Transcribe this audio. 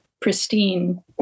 pristine